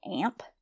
Amp